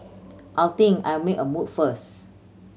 I think I'll make a move first